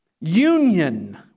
union